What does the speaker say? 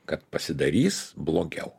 kad pasidarys blogiau